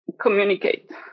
communicate